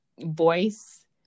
voice